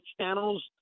channels